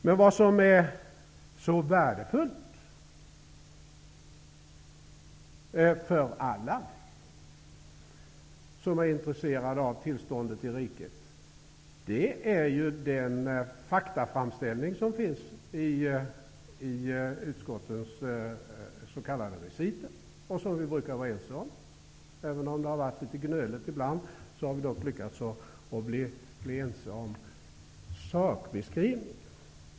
Det som är så värdefullt för alla som är intresserade av tillståndet i riket är ju den faktaframställning som finns i utskottets s.k. recit. Vi brukar vara ense om den. Även om det har varit litet gnöligt ibland har vi dock lyckats att bli ense om sakbeskrivningen.